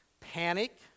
panic